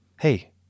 Hey